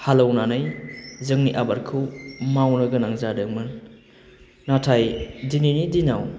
हालौनानै जोंनि आबादखौ मावनो गोनां जादोंमोन नाथाइ दिनैनि दिनाव